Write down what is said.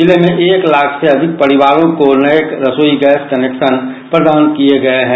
जिले में एक लाख से अधिक परिवारों को नये रसोई गैस कनेक्शन प्रदान किये गये हैं